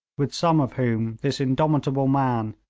with some of whom this indomitable man,